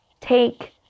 take